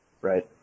right